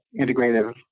integrative